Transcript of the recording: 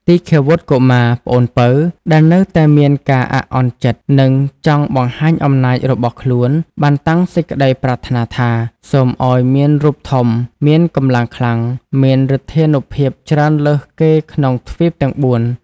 ទីឃាវុត្ត កុមារ (ប្អូនពៅ) ដែលនៅតែមានការអាក់អន់ចិត្ត និងចង់បង្ហាញអំណាចរបស់ខ្លួន បានតាំងសេចក្តីប្រាថ្នាថា "សូមឱ្យមានរូបធំ មានកម្លាំងខ្លាំង មានឫទ្ធានុភាពច្រើនលើសគេក្នុងទ្វីបទាំង ៤។